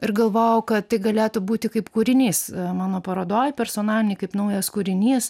ir galvojau kad tai galėtų būti kaip kūrinys mano parodoj personalinėj kaip naujas kūrinys